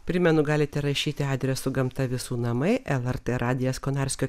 primenu galite rašyti adresu gamta visų namai lrt radijas konarskio